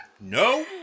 no